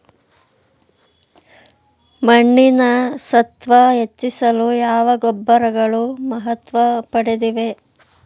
ಮಣ್ಣಿನ ಸತ್ವ ಹೆಚ್ಚಿಸಲು ಯಾವ ಗೊಬ್ಬರಗಳು ಮಹತ್ವ ಪಡೆದಿವೆ?